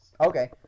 Okay